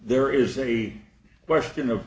there is a question of